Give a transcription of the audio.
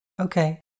Okay